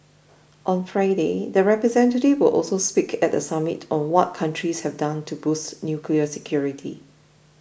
on Friday the representatives will also speak at the summit on what countries have done to boost nuclear security